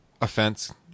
Offense